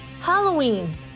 Halloween